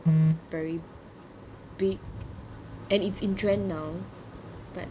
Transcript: very big and it's in trend now but